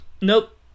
Nope